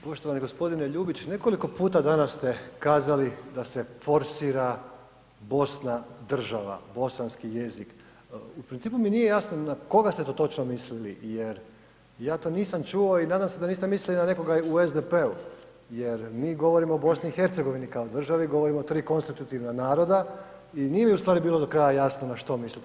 Poštovani gospodine Ljubić nekoliko puta danas ste kazali da se forsira Bosna država, bosanski jezik, u principu mi nije jasno na koga ste to točno mislili jer ja to nisam čuo i danas da niste mislili na nekoga u SDP-u, jer mi govorimo o BiH kao državi, govorimo o tri konstitutivna naroda i nije mi u stvari bilo do kraja jasno na što mislite.